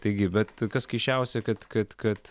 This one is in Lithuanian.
taigi bet kas keisčiausia kad kad kad